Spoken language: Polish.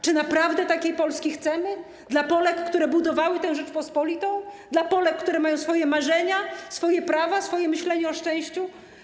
Czy naprawdę takiej Polski chcemy dla Polek, które budowały tę Rzeczpospolitą, dla Polek, które mają swoje marzenia, swoje prawa, swoje myślenie o szczęściu?